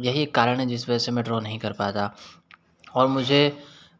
यही एक कारण हैं जिस वजह से मैं ड्रॉ नहीं कर पाता और मुझे